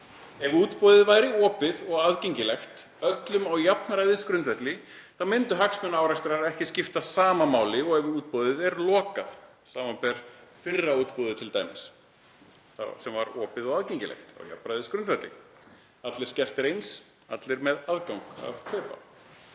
Ef útboðið væri opið og aðgengilegt öllum á jafnræðisgrundvelli þá myndu hagsmunaárekstrar ekki skipta sama máli og ef útboðið er lokað, samanber t.d. fyrra útboðið sem var opið og aðgengilegt á jafnræðisgrundvelli, allir skertir eins, allir með aðgang til að kaupa.